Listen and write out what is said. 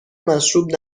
مشروب